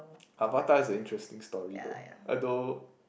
Avatar is an interesting story though although